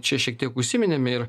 čia šiek tiek užsiminėm ir